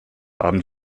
abend